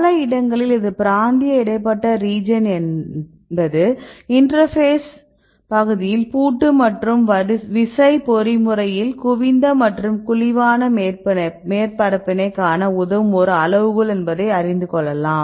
பல இடங்களில் இந்த பிராந்திய இடைப்பட்ட ரீஜியன் என்பது இன்டெர்பேஸ்ப் பகுதியில் பூட்டு மற்றும் விசை பொறிமுறையில் குவிந்த மற்றும் குழிவான மேற்பரப்பினை காண உதவும் ஒரு அளவுகோல் என்பதை அறிந்து கொள்ளலாம்